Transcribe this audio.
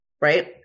Right